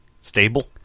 stable